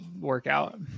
workout